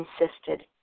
insisted